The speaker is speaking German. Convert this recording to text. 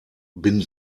bin